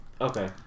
Okay